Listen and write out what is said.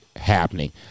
happening